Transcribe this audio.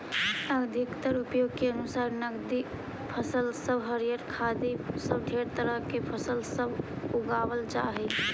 अधिकतर उपयोग के अनुसार नकदी फसल सब हरियर खाद्य इ सब ढेर तरह के फसल सब उगाबल जा हई